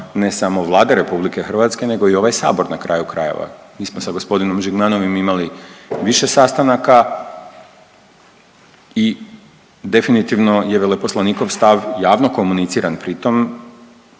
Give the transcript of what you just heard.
ne samo Vlada RH nego i ovaj sabor na kraju krajeva. Mi smo sa gospodinom Žigmanovim imali više sastanaka i definitivno je veleposlanikov stav javno komuniciran pritom,